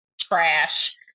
trash